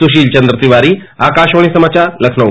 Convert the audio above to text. सुसील चन्द्र तिवारी आकाशवाणी समाचार लखनऊ